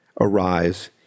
arise